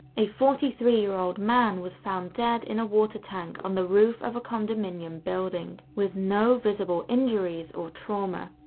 a forty three year old man was found dead in a water tank on the roof of a condominium building, with no visible injuries or trauma.